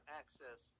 access